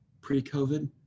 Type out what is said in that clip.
pre-COVID